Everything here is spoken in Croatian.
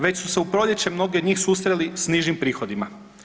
Već su se u proljeće mnogi od njih susreli s nižim prihodima.